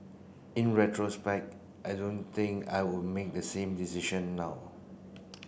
in retrospect I don't think I would make the same decision now